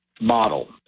model